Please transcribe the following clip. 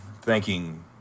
thanking